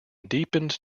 deepened